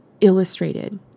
illustrated